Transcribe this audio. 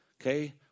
Okay